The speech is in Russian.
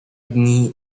дни